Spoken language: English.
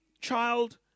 child